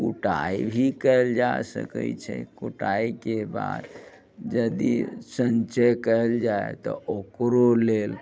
कुटाइ भी कयल जा सकैत छै कुटाइके बाद यदि सञ्चय कयल जाय तऽ ओकरो लेल